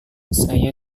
saya